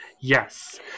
Yes